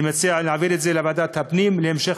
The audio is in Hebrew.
ואני מציע להעביר את הנושא הזה לוועדת הפנים להמשך,